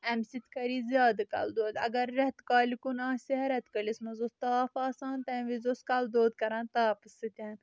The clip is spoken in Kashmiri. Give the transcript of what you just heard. امہِ سۭتۍ کری زیادٕ کل دود اگر رٮ۪تکٲلہِ کنُ آسہِ ہے رتہٕ کٲلِس منز اوس تاپھ آسان تمہِ وزِ اوس کل دود کران تاپہٕ سۭتۍ